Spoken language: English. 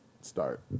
start